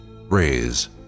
raise